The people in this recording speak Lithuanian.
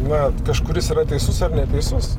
na kažkuris yra teisus ar neteisus